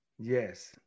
yes